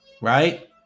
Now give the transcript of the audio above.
Right